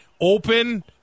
open